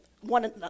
one